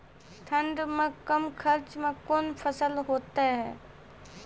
ठंड मे कम खर्च मे कौन फसल होते हैं?